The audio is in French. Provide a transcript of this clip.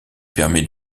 permet